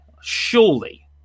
Surely